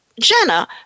Jenna